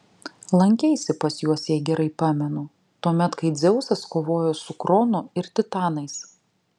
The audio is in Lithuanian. lankeisi pas juos jei gerai pamenu tuomet kai dzeusas kovojo su kronu ir titanais